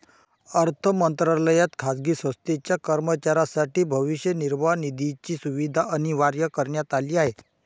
अर्थ मंत्रालयात खाजगी संस्थेच्या कर्मचाऱ्यांसाठी भविष्य निर्वाह निधीची सुविधा अनिवार्य करण्यात आली आहे